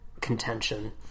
contention